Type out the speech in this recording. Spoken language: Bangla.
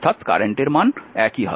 কারেন্টের মান একই হবে